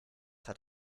hat